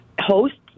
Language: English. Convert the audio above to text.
hosts